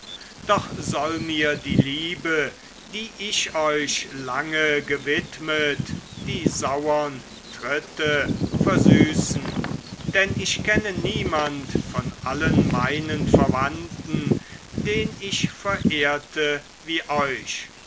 doch soll mir die liebe die ich euch lange gewidmet die sauern tritte versüßen denn ich kenne niemand von allen meinen verwandten den ich verehrte wie euch